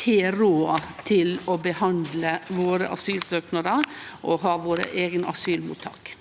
har råd til å behandle våre asylsøknader og ha våre eigne asylmottak.